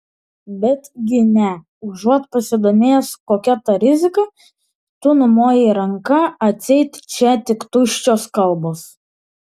betgi ne užuot pasidomėjęs kokia ta rizika tu numojai ranka atseit čia tik tuščios kalbos